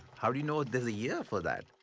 how do you know there's a year for that?